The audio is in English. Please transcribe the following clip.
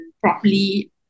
properly